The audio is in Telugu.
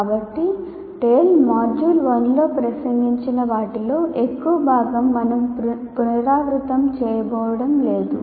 కాబట్టి టేల్ మాడ్యూల్ 1 లో ప్రసంగించిన వాటిలో ఎక్కువ భాగం మనం పునరావృతం చేయబోవడం లేదు